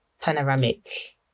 panoramic